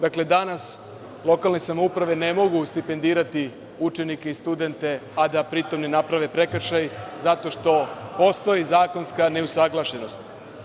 Dakle, danas lokalne samouprave ne mogu stipendirati učenike i studente, a da pri tom ne naprave prekršaj zato što postoji zakonska neusaglašenost.